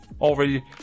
already